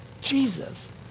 Jesus